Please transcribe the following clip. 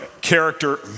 character